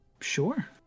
Sure